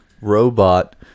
robot